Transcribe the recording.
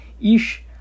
Ish